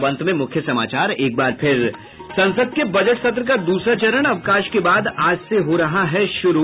और अब अंत में मुख्य समाचार संसद के बजट सत्र का दूसरा चरण अवकाश के बाद आज से हो रहा है शुरू